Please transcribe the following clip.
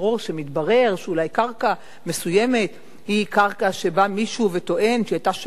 שמתברר שאולי קרקע מסוימת היא קרקע שמישהו בא וטוען שהיא היתה שלו,